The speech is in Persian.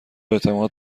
اعتماد